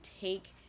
take